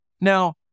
Now